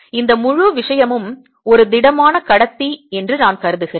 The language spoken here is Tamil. இந்த முழு விஷயமும் ஒரு திடமான கடத்தி என்று நான் கருதுகிறேன்